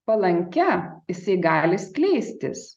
palankia jisai gali skleistis